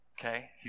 okay